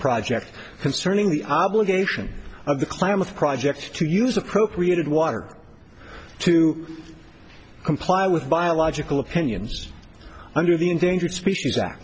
project concerning the obligation of the klamath project to use appropriated water to comply with biological opinions under the endangered species a